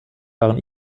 waren